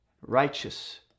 righteous